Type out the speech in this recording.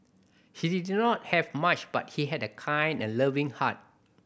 he did not have much but he had a kind and loving heart